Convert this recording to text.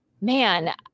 man